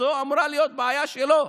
זו אמורה להיות בעיה שלו.